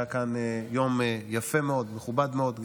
היה כאן יום יפה מאוד, מכובד מאוד.